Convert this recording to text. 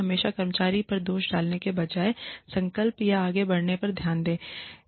हमेशा कर्मचारी पर दोष डालने के बजाय संकल्प या आगे बढ़ने पर ध्यान दें